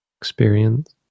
experience